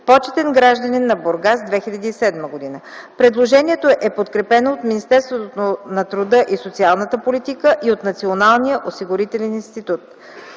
Почетен гражданин на Бургас – 2007 г. Предложението е подкрепено от Министерството на труда и социалната политика и от Националния осигурителен институт.